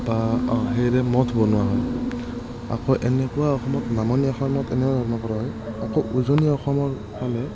বা অহ হেয়েৰে মঠ বনোৱা হয় আকৌ এনেকুৱা অসমত নামনি অসমত এনেধৰণৰ কৰা হয় আকৌ উজনি অসমৰ হ'লে